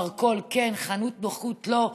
מרכול, כן, חנות נוחות, לא.